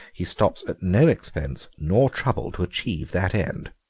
he stops at no expense nor trouble to achieve that end.